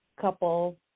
couple